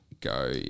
Go